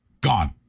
gone